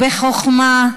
בחוכמה.